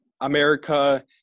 america